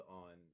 on